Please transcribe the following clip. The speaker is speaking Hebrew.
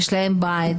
יש להם בית,